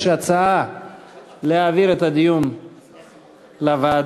יש הצעה להעביר את הדיון לוועדה.